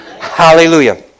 Hallelujah